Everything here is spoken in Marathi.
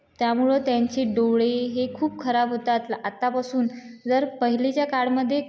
त्यामुळं त्यांचे डोळे हे खूप खराब होतात आतापासून जर पहिलेच्या काळामध्ये